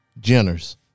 Jenners